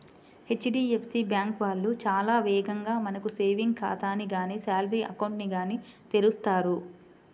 HDFC bank వాళ్ళు చాలా వేగంగా మనకు సేవింగ్స్ ఖాతాని గానీ శాలరీ అకౌంట్ ని గానీ తెరుస్తారు